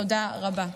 תודה רבה.